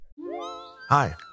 Hi